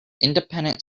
independent